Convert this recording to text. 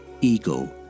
ego